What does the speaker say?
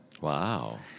Wow